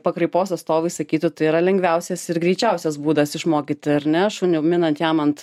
pakraipos atstovai sakytų tai yra lengviausias ir greičiausias būdas išmokyt ar ne šunį minant jam ant